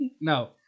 No